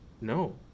No